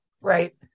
Right